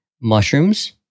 Mushrooms